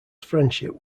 friendship